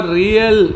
real